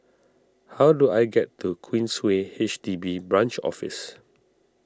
how do I get to Queensway H D B Branch Office